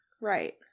right